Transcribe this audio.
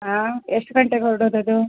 ಆಂ ಎಷ್ಟು ಗಂಟೆಗೆ ಹೊರಡೋದದು